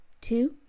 two